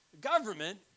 government